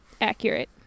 Accurate